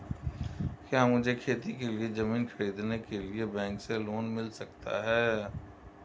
क्या मुझे खेती के लिए ज़मीन खरीदने के लिए बैंक से लोन मिल सकता है?